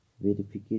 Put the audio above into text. Verification